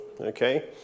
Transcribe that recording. Okay